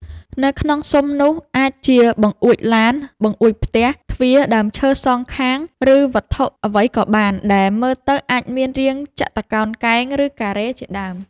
នៅក្នុងស៊ុមនោះ អាចជាបង្អួចឡាន បង្អួចផ្ទះ ទ្វារ ដើមឈើសង្ខាង ឬវត្ថុអ្វីក៏បាន ដែលមើលទៅអាចមានរាងចតុកោណកែង ឬ ការ៉េ ជាដើម។